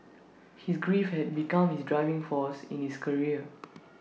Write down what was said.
his grief had become his driving force in his career